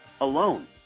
alone